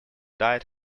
died